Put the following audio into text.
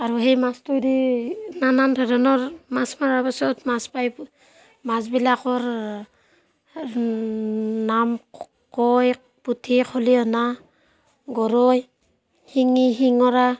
আৰু সেই মাছটো দি নানান ধৰণৰ মাছ মৰাৰ পাছত মাছ পাই মাছবিলাকৰ নাম কৱৈ পুঠি খলিহনা গৰৈ শিঙি শিঙৰা